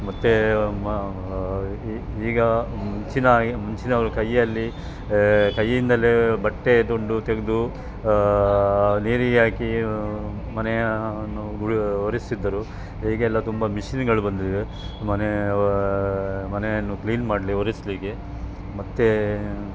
ಮತ್ತು ಮ ಈಗ ಮುಂಚಿನ ಹಾಗೆ ಮುಂಚಿನವರು ಕೈಯಲ್ಲಿ ಕೈಯಿಂದಲೇ ಬಟ್ಟೆ ತುಂಡು ತೆಗೆದು ನೀರಿಗೆ ಹಾಕಿ ಮನೆಯನ್ನು ಒರೆಸ್ತಿದ್ದರು ಈಗೆಲ್ಲ ತುಂಬ ಮಷಿನ್ಗಳು ಬಂದಿವೆ ಮನೆಯ ಮನೆಯನ್ನು ಕ್ಲೀನ್ ಮಾಡಲಿ ಒರೆಸಲಿಕ್ಕೆ ಮತ್ತು